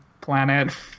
planet